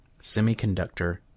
semiconductor